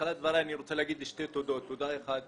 בתחילת דבריי אני רוצה להגיד שתי תודות, תודה אחת